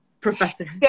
Professor